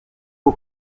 ubu